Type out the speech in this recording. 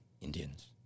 Indians